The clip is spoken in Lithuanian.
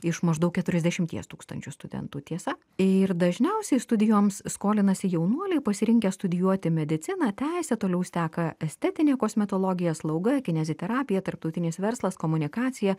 iš maždaug keturiasdešimties tūkstančių studentų tiesa ir dažniausiai studijoms skolinasi jaunuoliai pasirinkę studijuoti mediciną teisę toliau seka estetinė kosmetologija slauga kineziterapija tarptautinis verslas komunikacija